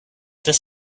this